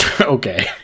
Okay